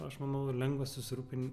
aš manau lengvas susirūpin